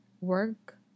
work